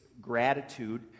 gratitude